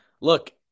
look